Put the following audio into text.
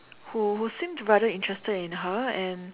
who who seemed rather interested in her and